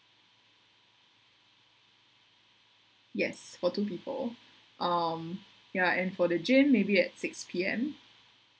yes for two people um yeah and for the gym may be at six P_M